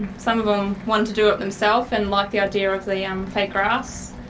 some of them wanted to do it themselves and liked the idea of the um fake grass,